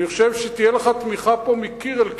אני חושב שתהיה לך פה תמיכה מקיר אל קיר.